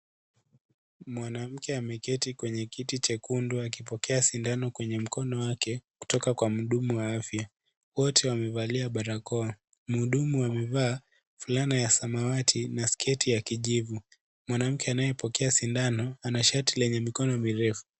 Mwanamke ameketi kwenye kiti jekundu, akipokea sindano kwenye mkono wake, kutoka kwa mhudumu wa afya. Wote wamevalia balakoa. Mhudumu amefaa, vulana ya samawati na sketi ya kijivu. Mwanamke anayepokea sindano, ana shati lenye mikono mirefu.